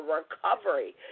recovery